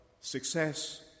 success